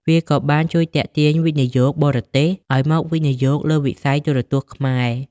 វាក៏បានជួយទាក់ទាញវិនិយោគិនបរទេសឱ្យមកវិនិយោគលើវិស័យទូរទស្សន៍ខ្មែរ។